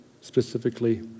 specifically